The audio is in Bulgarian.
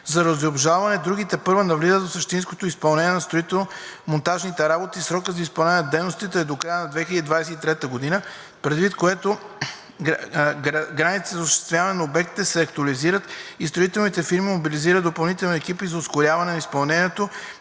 заради обжалване, други тепърва навлизат в същинското изпълнение на строително-монтажните работи. Срокът за изпълнение на дейностите е до края на 2023 г., предвид което графиците за осъществяване на обектите се актуализират и строителните фирми мобилизират допълнителни екипи за ускоряване на изпълнението